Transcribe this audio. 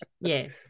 Yes